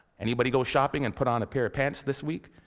anybody go shopping and put on a pair of pants this week?